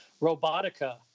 Robotica